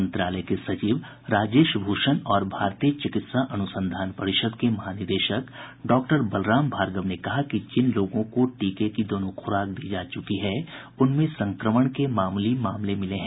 मंत्रालय के सचिव राजेश भूषण और भारतीय चिकित्सा अनुसंधान परिषद के महानिदेशक डॉक्टर बलराम भार्गव ने कहा कि जिन लोगों को टीके की दोनों खुराक दी जा चुकी है उनमें संक्रमण के मामूली मामले मिले हैं